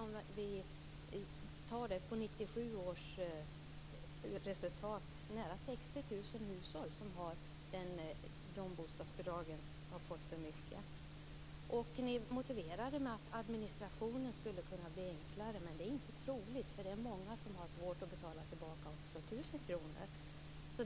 om vi tittar på 1997 års resultat, innebära att nära 60 000 hushåll som har de här bostadsbidragen har fått för mycket. Ni motiverar det med att administrationen skulle kunna bli enklare, men det är inte troligt. Det är ju många som har svårt att betala tillbaka också 1 000 kr.